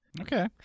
Okay